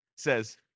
says